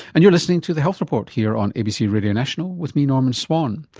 and you're listening to the health report here on abc radio national with me, norman swan.